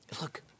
Look